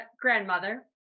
grandmother